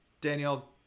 Daniel